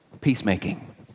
peacemaking